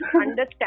understand